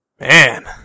Man